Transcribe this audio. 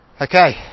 Okay